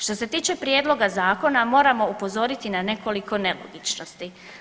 Što se tiče prijedloga zakona moramo upozoriti na nekoliko nelogičnosti.